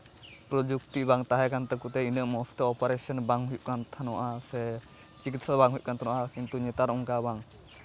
ᱯᱨᱚᱡᱩᱠᱛᱤ ᱵᱟᱝ ᱛᱟᱦᱮᱸ ᱠᱟᱱ ᱛᱟᱠᱚᱛᱮ ᱤᱱᱟᱹᱜ ᱢᱚᱡᱽᱛᱮ ᱚᱯᱟᱨᱮᱥᱮᱱ ᱵᱟᱝ ᱦᱩᱭᱩᱜ ᱠᱟᱱ ᱛᱟᱦᱮᱱᱚᱜᱼᱟ ᱥᱮ ᱪᱤᱠᱤᱛᱥᱟ ᱵᱟᱝ ᱦᱩᱭᱩᱜ ᱠᱟᱱ ᱛᱟᱦᱮᱱᱟ ᱠᱤᱱᱛᱩ ᱱᱮᱛᱟᱨ ᱚᱱᱠᱟ ᱵᱟᱝ